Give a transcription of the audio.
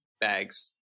bags